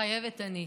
מתחייבת אני.